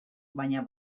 baina